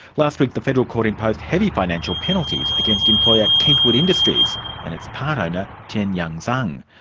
last week the federal court imposed heavy financial penalties against employer kentwood industries and its part-owner jian yang zhang.